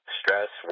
stress